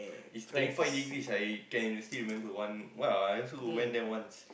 is twenty five degrees I can still remember one !wah! I also go went there once